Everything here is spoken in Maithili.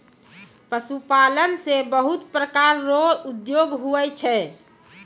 पशुपालन से बहुत प्रकार रो उद्योग हुवै छै